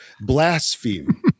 blaspheme